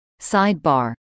Sidebar